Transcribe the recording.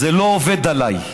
זה לא עובד עליי,